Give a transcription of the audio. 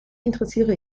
interessiere